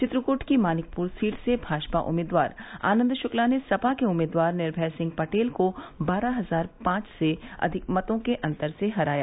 चित्रकृट की मानिकपुर सीट से भाजपा उम्मीदवार आनन्द शुक्ला ने सपा के उम्मीदवार निर्मय सिंह पटेल को बारह हजार पांच से अधिक मतो के अंतर से हराया